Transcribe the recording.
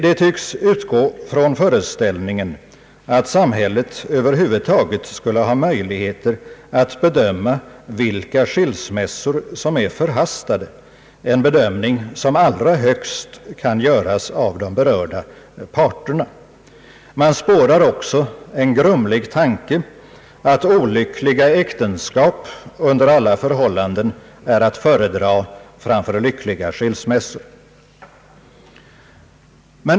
Det tycks utgå från föreställningen att samhället över huvud taget skulle ha möjligheter att bedöma vilka skilsmässor som är förhastade, en bedömning som allra högst kan göras av de berörda parterna. Man spårar också en grumlig tanke att olyckliga äktenskap under alla förhållanden är att föredra framför lyckliga skilsmässor.